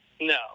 no